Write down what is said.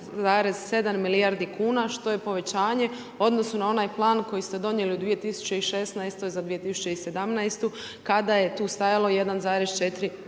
1,7 milijardi kuna, što je povećanje u odnosu na onaj plan, koji ste donijeli u 2016. za 2017. kada je tu stajalo 1,4 milijardi